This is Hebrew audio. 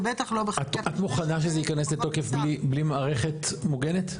ובטח לא בחקיקת משנה --- את מוכנה שזה ייכנס לתוקף בלי מערכת מוגנת?